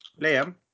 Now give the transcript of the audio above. Liam